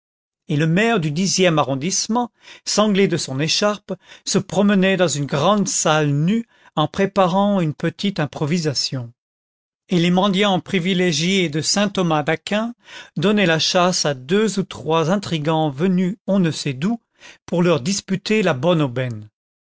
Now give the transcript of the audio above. et le maire du dixième arrondissement sanglé de son écharpe se promenait dans une grande salle nue en préparant une petite improvisation e les mendiants privilégiés de saint-thomas-d'aquin donnaient la chasse à deux ou trois intrigants venus on ne sait d'où pour leur disputer la bonne aubaine